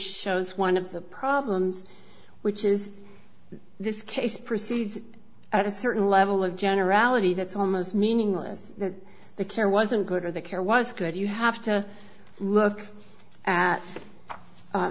shows one of the problems which is this case proceeds at a certain level of generality that's almost meaningless that the care wasn't good or the care was good you have to look at